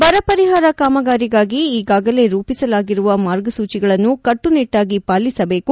ಬರಪರಿಹಾರ ಕಾಮಗಾರಿಗಾಗಿ ಈಗಾಗಲೇ ರೂಪಿಸಲಾಗಿರುವ ಮಾರ್ಗಸೂಚಿಗಳನ್ನು ಕಟ್ಟು ನಿಟ್ಟಾಗಿ ಪಾಲಿಸಬೇಕು